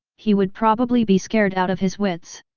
he would probably be scared out of his wits.